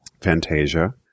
Fantasia